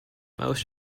most